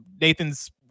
Nathan's